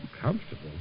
Comfortable